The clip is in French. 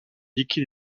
deakin